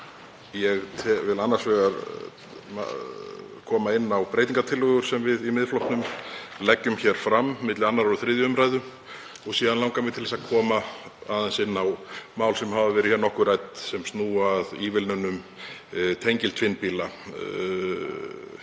Ég vil í fyrsta lagi koma inn á breytingartillögur sem við í Miðflokknum leggjum hér fram milli 2. og 3. umr. og síðan langar mig til að koma aðeins inn á mál sem hafa verið hér nokkuð rædd sem snúa að ívilnunum tengiltvinnbíla og